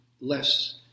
less